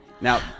Now